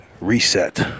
reset